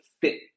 fit